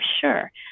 sure